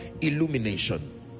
illumination